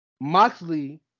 Moxley